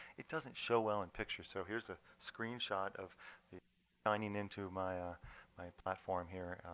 it doesn't show well in picture. so here's a screenshot of the i mean into my ah my platform here.